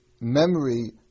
memory